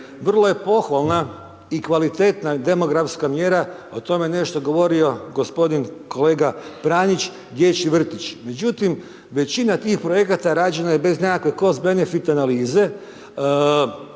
Vrlo je pohvalna i kvalitetna demografska mjera, o tome je nešto govorio g. kolega Pranić, dječji vrtić. Međutim, većina tih projekata rađena je bez nekakve kos benefit analize,